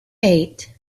eight